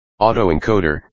Autoencoder